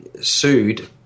sued